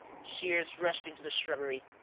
shears rushed into the shrubbery.